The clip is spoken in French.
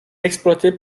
exploitée